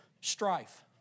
strife